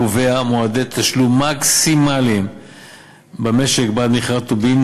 הקובע מועדי תשלום מקסימליים במשק בעד מכירת טובין,